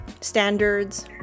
standards